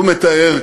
הוא מתאר,